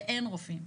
ואין רופאים.